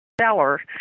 seller